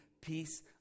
peace